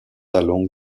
along